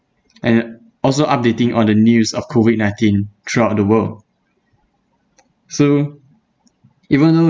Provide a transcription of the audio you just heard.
and also updating on the news of COVID nineteen throughout the world so even though